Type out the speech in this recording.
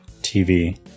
TV